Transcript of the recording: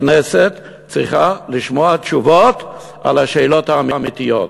הכנסת צריכה לשמוע תשובות על השאלות האמיתיות.